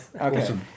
Okay